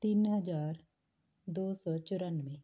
ਤਿੰਨ ਹਜ਼ਾਰ ਦੋ ਸੌ ਚੁਰਾਨਵੇਂ